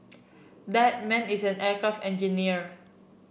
that man is an aircraft engineer